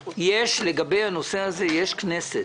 לגבי הנושא הזה יש כנסת.